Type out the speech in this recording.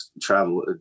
travel